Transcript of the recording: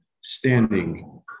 standing